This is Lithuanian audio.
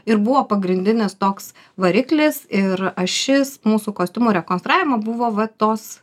ir buvo pagrindinis toks variklis ir ašis mūsų kostiumų rekonstravimo buvo va tos